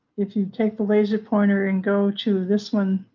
if you take the laser pointer and go to this one,